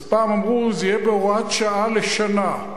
אז פעם אמרו שזה יהיה בהוראת שעה לשנה.